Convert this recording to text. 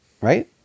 right